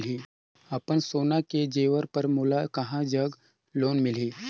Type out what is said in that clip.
अपन सोना के जेवर पर मोला कहां जग लोन मिलही?